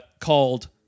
Called